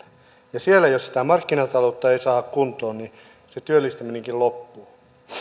ja siellä jos sitä markkinataloutta ei saada kuntoon niin se työllistäminenkin loppuu